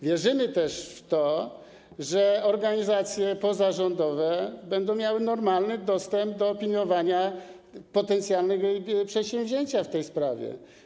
Wierzymy też w to, że organizacje pozarządowe będą miały normalny dostęp do opiniowania potencjalnego przedsięwzięcia w tej sprawie.